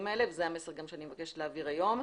האלה וזה המסר שאני מבקשת להעביר היום.